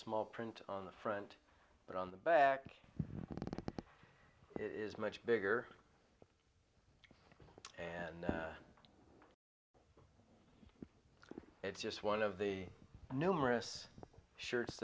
small print on the front but on the back it is much bigger and it's just one of the numerous shirts